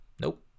nope